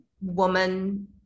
woman